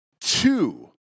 two